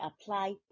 apply